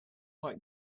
like